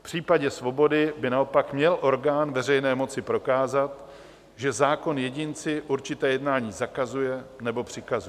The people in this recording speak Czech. V případě svobody by naopak měl orgán veřejné moci prokázat, že zákon jedinci určité jednání zakazuje nebo přikazuje.